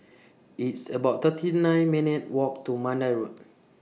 It's about thirty nine minutes' Walk to Mandai Road